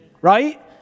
Right